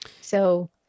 So-